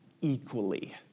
equally